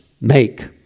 make